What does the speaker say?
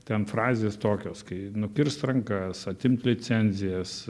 ten frazės tokios kai nukirst rankas atimt licenzijas